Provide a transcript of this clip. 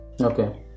okay